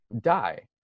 die